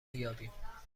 بیابیم